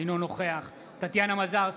אינו נוכח טטיאנה מזרסקי,